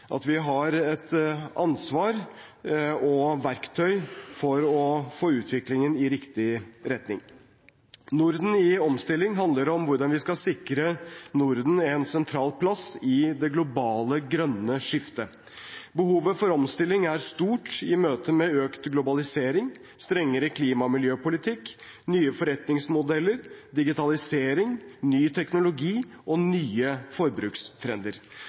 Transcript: at vi har et ansvar og verktøy for å få utviklingen i riktig retning. Norden i omstilling handler om hvordan vi skal sikre Norden en sentral plass i det globale grønne skiftet. Behovet for omstilling er stort i møte med økt globalisering, strengere klima- og miljøpolitikk, nye forretningsmodeller, digitalisering, ny teknologi og nye forbrukstrender.